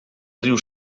riu